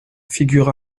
figure